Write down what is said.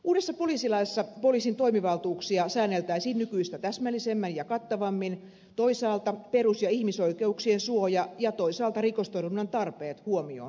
uudessa poliisilaissa poliisin toimivaltuuksia säänneltäisiin nykyistä täsmällisemmin ja kattavammin toisaalta perus ja ihmisoikeuksien suoja ja toisaalta rikostorjunnan tarpeet huomioon ottaen